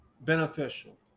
beneficial